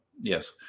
yes